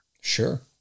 Sure